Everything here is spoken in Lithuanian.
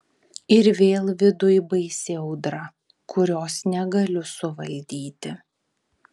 ir vėl viduj baisi audra kurios negaliu suvaldyti